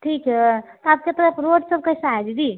ठीक है आपके तरफ रोड सब कैसी है दीदी